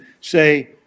say